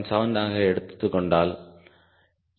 7 ஆகக் கொண்டால் அது 0